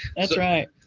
that's right.